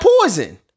poison